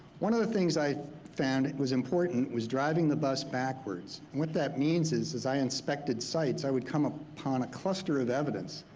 one of the things i found that was important was driving the bus backwards. what that means is is i inspected sites, i would come upon a cluster of evidence,